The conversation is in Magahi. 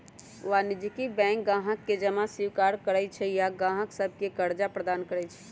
वाणिज्यिक बैंक गाहक से जमा स्वीकार करइ छइ आऽ गाहक सभके करजा प्रदान करइ छै